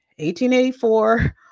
1884